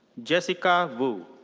jessica vu.